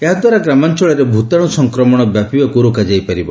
ଏହାଦ୍ୱାରା ଗ୍ରାମାଞ୍ଚଳରେ ଭୂତାଣୁ ସଂକ୍ରମଣ ବ୍ୟାପିବାକୁ ରୋକାଯାଇପାରିବ